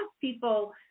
people